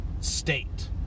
state